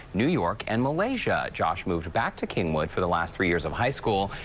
new york and malaysia. josh moved back to kingwood for the last three years of high school.